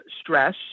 stress